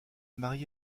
marié